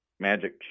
magic